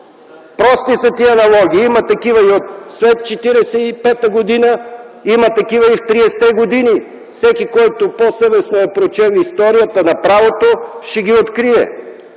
Прости са тези аналогии – има такива и след 45 та година, има такива и в 30-те години. Всеки, който по-съвестно е прочел историята на правото, ще ги открие.